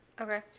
Okay